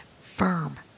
firm